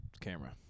camera